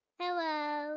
Hello